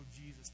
jesus